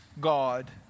God